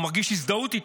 הוא מרגיש הזדהות איתו,